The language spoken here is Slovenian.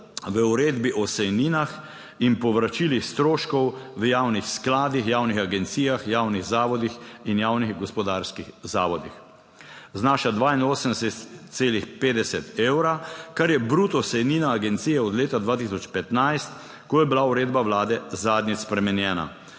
v Uredbi o sejninah in povračilih stroškov v javnih skladih, javnih agencijah, javnih zavodih in javnih gospodarskih zavodih. Znaša 82,50 evra, kar je bruto sejnina agencije od leta 2015, ko je bila uredba Vlade zadnjič spremenjena.